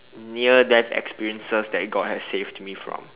near death experiences that God has saved me from